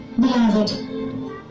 Beloved